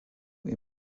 est